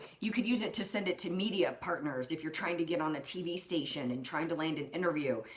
you could use it to send it to media partners if you're trying to get on a tv station and trying to land an interview.